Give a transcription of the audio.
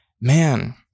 man